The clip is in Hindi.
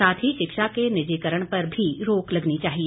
साथ ही शिक्षा के निजीकरण पर भी रोक लगनी चाहिए